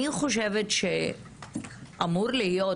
לדעתי,